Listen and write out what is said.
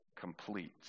complete